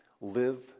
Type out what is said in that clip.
live